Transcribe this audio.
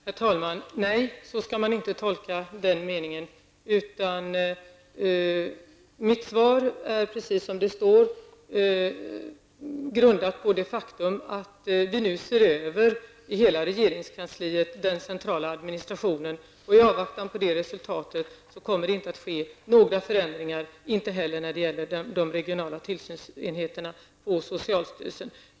Herr talman! Nej, så skall man inte tolka den meningen. Mitt svar är, precis som det står, grundat på det faktum att vi nu i hela regeringskansliet ser över den centrala administrationen. I avvaktan på resultatet kommer det inte att bli några förändringar, inte heller när det gäller de regionala tillsynsenheterna vid socialstyrelsen.